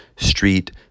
street